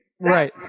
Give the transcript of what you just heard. Right